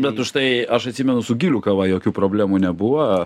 bet užtai aš atsimenu su gilių kava jokių problemų nebuvo